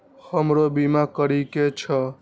हमरो बीमा करीके छः?